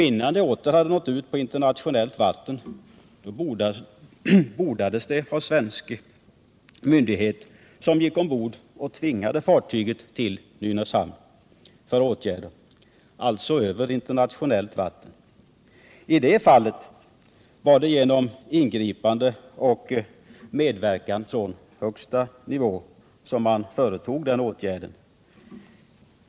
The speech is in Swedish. Innan det åter hade nått ut på internationellt vatten bordades det av svensk myndighet, som tvingade fartyget till Nynäshamn för åtgärder. I det fallet var det genom ingripande och medverkan från högsta nivå som man vidtog åtgärder.